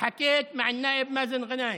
אתמול עם חבר הכנסת מאזן גנאים,